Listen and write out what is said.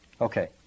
Okay